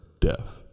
death